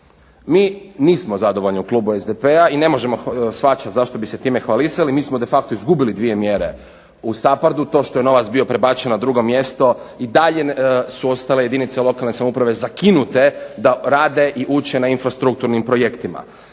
mi nismo zadovoljni u klubu SDP-a i ne možemo shvaćati zašto bi se time hvalisali. Mi smo de facto izgubili dvije mjere u SAPARDA-u. To što je novac bio prebačen na drugo mjesto i dalje su ostale jedinice lokalne samouprave zakinute da rade i uče na infrastrukturnim projektima.